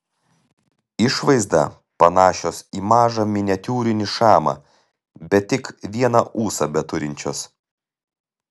išvaizda panašios į mažą miniatiūrinį šamą bet tik vieną ūsą beturinčios